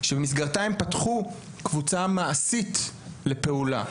שבמסגרתה הם פתחו קבוצה מעשית לפעולה.